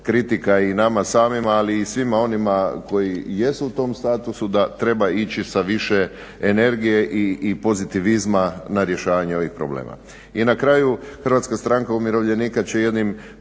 kritika i nama samima ali i svima onima koji jesu u tom statusu da treba ići sa više energije i pozitivizma na rješavanje ovih problema. I na kraju, Hrvatska stranka umirovljenika će jednim